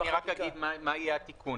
אני רק אגיד מה יהיה התיקון.